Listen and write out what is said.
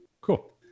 Cool